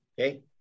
Okay